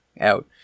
out